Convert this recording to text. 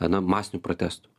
na masinių protestų